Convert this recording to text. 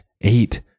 eight